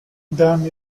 damn